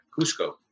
Cusco